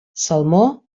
salmó